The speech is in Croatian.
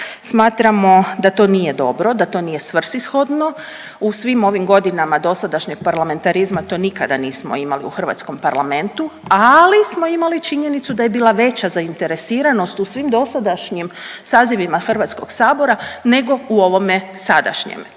smatramo da to nije dobro, da to nije svrsishodno. U svim ovim godinama dosadašnjeg parlamentarizma to nikada nismo imali u hrvatskom parlamentu, ali smo imali činjenicu da je veća zainteresiranost u svim dosadašnjim sazivima HS-a nego u ovome sadašnjem.